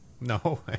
No